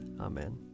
Amen